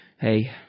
hey